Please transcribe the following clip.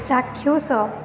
ଚାକ୍ଷୁଷ